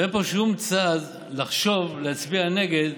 אין פה שום צד לחשוב להצביע נגד